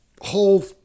whole